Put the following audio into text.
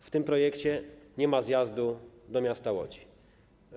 W tym projekcie nie ma zjazdu do miasta Łodzi.